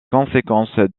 conséquences